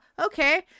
okay